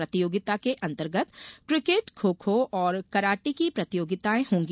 प्रतियोगिता के अंतर्गत क्रिकेट खो खो और कराटे की प्रतियोगिताएं होगी